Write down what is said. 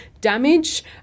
damage